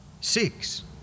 Six